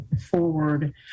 forward